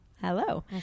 hello